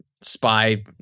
spy